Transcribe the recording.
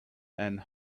and